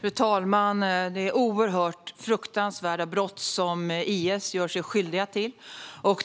Fru talman! Det är fruktansvärda brott som IS gör sig skyldigt till.